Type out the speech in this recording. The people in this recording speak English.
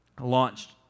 launched